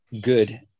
good